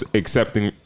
accepting